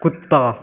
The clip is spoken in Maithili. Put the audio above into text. कुत्ता